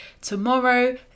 tomorrow